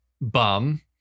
Bum